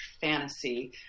fantasy